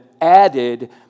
added